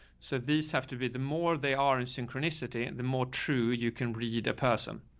so these have to be, the more they are in synchronicity, and the more true you can read a person.